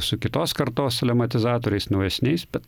su kitos kartos lematizatoriais naujesniais bet